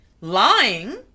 lying